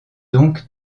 donc